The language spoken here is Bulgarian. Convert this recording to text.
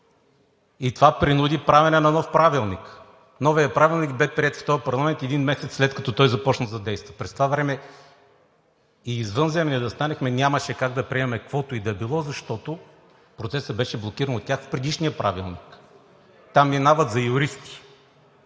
И това принуди правене на нов Правилник. Новият Правилник бе приет в този парламент, един месец след като той започна да действа. През това време и извънземни да станехме, нямаше как да приемем каквото и да било, защото процесът беше блокиран от тях в предишния Правилник. Там минават за юристи,